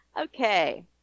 okay